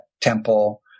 temple